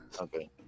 Okay